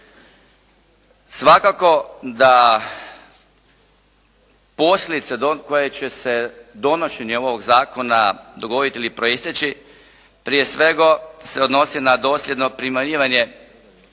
Svakako da posljedice koje će se donošenjem ovog zakona dogoditi ili proistječi prije svega se odnosi na dosljedno primjenjivanje